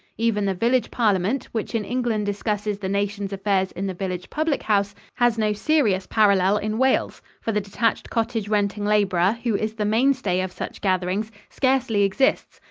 even the village parliament, which in england discusses the nation's affairs in the village public house, has no serious parallel in wales, for the detached cottage-renting laborer, who is the mainstay of such gatherings, scarcely exists,